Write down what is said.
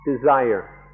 desire